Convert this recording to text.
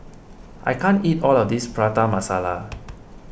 I can't eat all of this Prata Masala